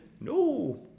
No